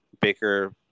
Baker